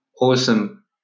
Awesome